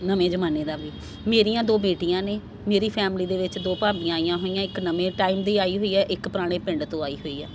ਨਵੇਂ ਜਮਾਨੇ ਦਾ ਵੀ ਮੇਰੀਆਂ ਦੋ ਬੇਟੀਆਂ ਨੇ ਮੇਰੀ ਫੈਮਲੀ ਦੇ ਵਿੱਚ ਦੋ ਭਾਬੀਆਂ ਆਈਆਂ ਹੋਈਆਂ ਇੱਕ ਨਵੇਂ ਟਾਈਮ ਦੀ ਆਈ ਹੋਈ ਹੈ ਇੱਕ ਪੁਰਾਣੇ ਪਿੰਡ ਤੋਂ ਆਈ ਹੋਈ ਆ